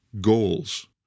goals